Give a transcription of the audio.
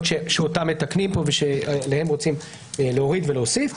שאותן מתקנים פה ושעליהן רוצים להוריד ולהוסיף.